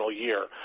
year